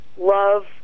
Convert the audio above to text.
love